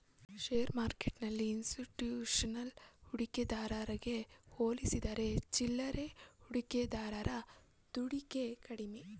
share ಮಾರ್ಕೆಟ್ಟೆಲ್ಲಿ institution ಹೂಡಿಕೆದಾರಗೆ ಹೋಲಿಸಿದರೆ ಚಿಲ್ಲರೆ ಹೂಡಿಕೆದಾರರ ಹೂಡಿಕೆ ಕಡಿಮೆ